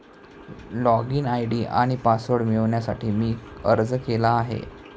login ID आणि password मिळवण्यासाठी मी अर्ज केला आहे